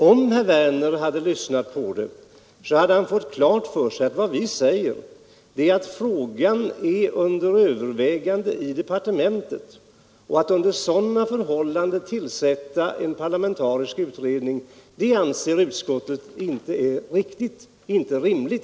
Om herr Werner hade lyssnat, hade han fått klart för sig att vad vi säger är att frågan är under övervägande i departementet. Att under sådana förhållanden tillsätta en parlamentarisk utredning anser utskottet inte vara riktigt eller rimligt.